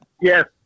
Yes